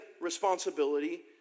responsibility